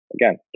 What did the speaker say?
Again